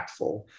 impactful